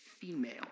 female